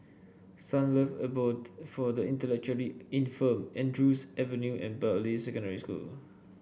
Sunlove Abode for the Intellectually Infirmed Andrews Avenue and Bartley Secondary School